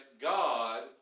God